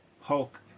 Hulk